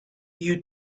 you